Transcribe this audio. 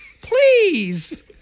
Please